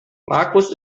markus